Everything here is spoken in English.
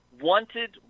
wanted